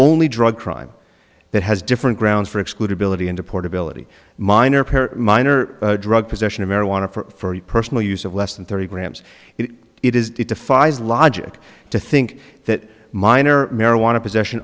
only drug crime that has different grounds for exclude ability into portability minor minor drug possession of marijuana for personal use of less than thirty grams it is defies logic to think that minor marijuana possession